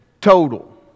total